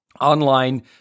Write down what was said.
online